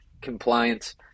compliance